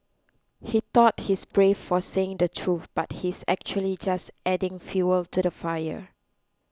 he thought he's brave for saying the truth but he's actually just adding fuel to the fire